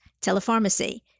telepharmacy